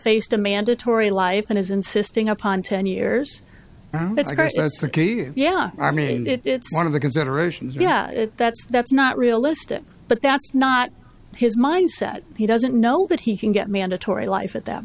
faced a mandatory life and is insisting upon ten years yeah i mean it's one of the considerations yeah that's that's not realistic but that's not his mindset he doesn't know that he can get mandatory life at that